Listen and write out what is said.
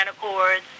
chords